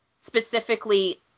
specifically